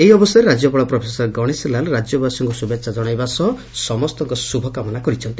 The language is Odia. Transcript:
ଏହି ଅବସରରେ ରାଜ୍ୟପାଳ ପ୍ରଫେସର ଗଣେଶି ଲାଲ୍ ରାଜ୍ୟବାସୀଙ୍କୁ ଶୁଭେଛା ଜଶାଇବା ସହ ସମସ୍ତଙ୍କୁ ଶୁଭକାମନା କରିଛନ୍ତି